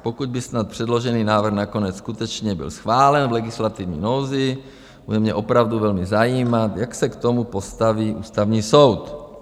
Pokud by snad předložený návrh nakonec skutečně byl schválen v legislativní nouzi, bude mě opravdu zajímat, jak se k tomu postaví Ústavní soud.